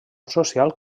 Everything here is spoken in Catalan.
social